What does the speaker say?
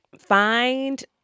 find